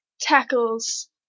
tackles